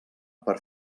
per